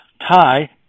tie